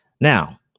Now